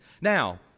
Now